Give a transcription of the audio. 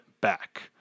back